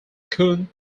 kun